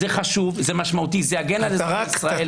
זה משמעותי, זה חשוב, זה יגן על אזרחי ישראל.